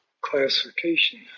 classification